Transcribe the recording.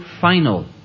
final